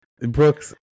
Brooks